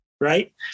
Right